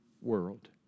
world